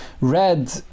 red